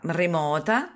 remota